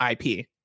ip